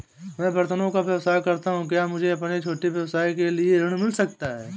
मैं बर्तनों का व्यवसाय करता हूँ क्या मुझे अपने छोटे व्यवसाय के लिए ऋण मिल सकता है?